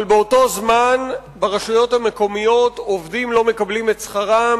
אבל באותו זמן ברשויות המקומיות עובדים לא מקבלים את שכרם.